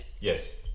Yes